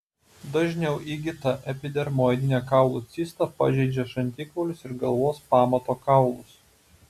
dažniau įgyta epidermoidinė kaulo cista pažeidžia žandikaulius ir galvos pamato kaulus